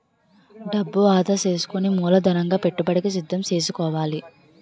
డబ్బు ఆదా సేసుకుని మూలధనంగా పెట్టుబడికి సిద్దం సేసుకోవాలి